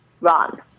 run